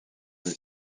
des